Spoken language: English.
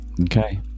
okay